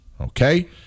okay